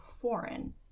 foreign